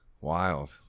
Wild